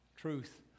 truth